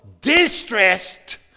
distressed